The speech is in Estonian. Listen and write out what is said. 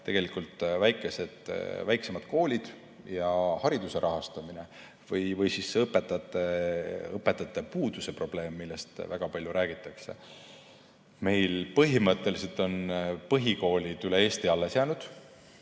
tegelikult väiksemad koolid ja hariduse rahastamine või õpetajate puuduse probleem, millest väga palju räägitakse. Meil põhimõtteliselt on põhikoolid üle Eesti alles jäänud,